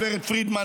הגב' פרידמן,